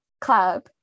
club